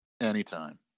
anytime